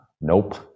Nope